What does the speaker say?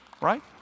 Right